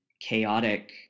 chaotic